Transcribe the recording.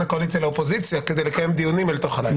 הקואליציה לאופוזיציה כדי לקיים דיונים אל תוך הלילה.